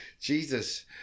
Jesus